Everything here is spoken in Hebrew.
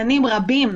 רצית להעלות כאן דברים.